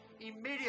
immediately